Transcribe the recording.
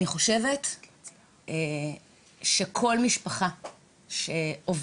אני חושבת שכל משפחה שעוברת